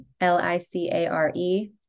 L-I-C-A-R-E